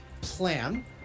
plan